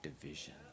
division